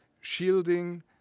shielding